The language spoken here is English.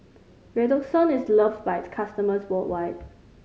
Redoxon is loved by its customers worldwide